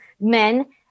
men